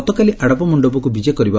ଗତକାଲି ଆଡ଼ପ ମଣ୍ଡପକୁ ବିଜେ କରିବ